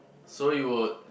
so you would